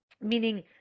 meaning